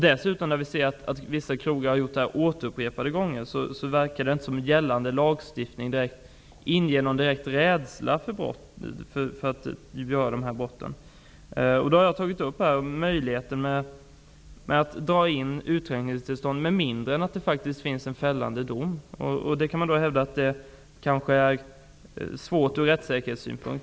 Vidare har vi kunnat se att vissa krogar har agerat på detta sätt upprepade gånger, och det verkar inte som om gällande lagstiftning inger någon direkt rädsla för att begå dessa brott. Jag har tagit upp möjligheten att dra in utskänkningstillstånd med mindre än att det faktiskt finns en fällande dom. Det kan hävdas att detta är svårt från rättssäkerhetssynpunkt.